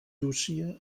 llúcia